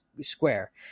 Square